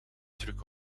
truc